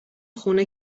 خونه